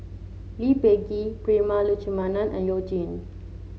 Lee Peh Gee Prema Letchumanan and You Jin